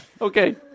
Okay